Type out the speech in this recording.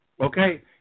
Okay